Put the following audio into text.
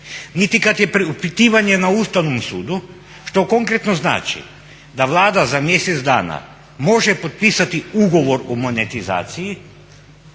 niti kad je … na Ustavnom sudu što konkretno znači da Vlada za mjesec dana može potpisati ugovor o monetizaciji,